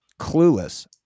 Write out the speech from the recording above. clueless